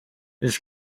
his